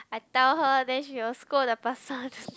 I tell her then she will scold the person